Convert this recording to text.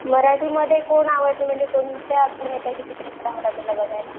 मराठीमध्ये कोण आवडतं म्हणजे कोणत्या अभिनेत्याचे चित्रपट आवडतात तुला बघायला